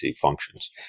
functions